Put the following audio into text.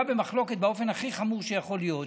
במחלוקת באופן הכי חמור שיכול להיות,